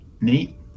Neat